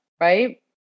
right